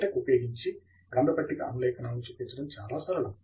LaTeX ఉపయోగించి గ్రంథ పట్టిక అనులేఖనాలను చొప్పించటం చాలా సరళం